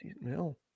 no